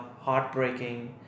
heartbreaking